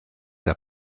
der